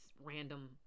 random